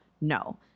No